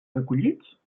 recollits